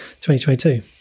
2022